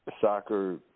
Soccer